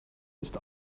ist